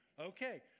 Okay